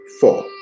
four